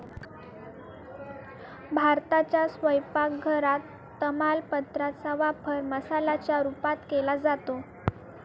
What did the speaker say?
भारताच्या स्वयंपाक घरात तमालपत्रा चा वापर मसाल्याच्या रूपात केला जातो